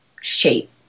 shape